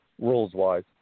rules-wise